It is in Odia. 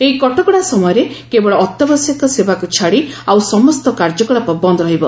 ଏହି କଟକଣା ସମୟରେ କେବଳ ଅତ୍ୟାବଶ୍ୟକ ସେବାକୁ ଛାଡ଼ି ଆଉ ସମସ୍ତ କାର୍ଯ୍ୟକଳାପ ବନ୍ଦ ରହିବ